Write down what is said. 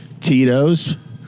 Tito's